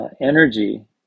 energy